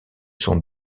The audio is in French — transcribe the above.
son